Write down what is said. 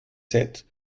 sept